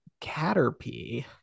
Caterpie